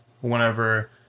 whenever